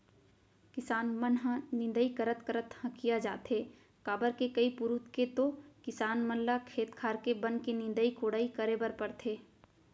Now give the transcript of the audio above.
किसान मन ह निंदई करत करत हकिया जाथे काबर के कई पुरूत के तो किसान मन ल खेत खार के बन के निंदई कोड़ई करे बर परथे